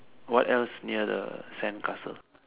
what else near the sandcastle